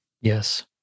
Yes